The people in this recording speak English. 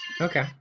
Okay